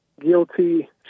guilty